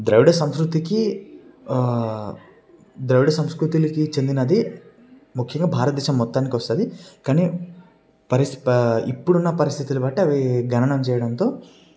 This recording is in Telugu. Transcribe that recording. ద్రవిడ సంస్కృతికి ద్రవిడ సంస్కృతికి చెందినది ముఖ్యంగా భారతదేశం మొత్తానికి వస్తుంది కాని పరిస్థి ఇప్పుడు ఉన్న పరిస్థితుల బట్టి అవి గణనం చేయడంతో